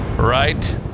Right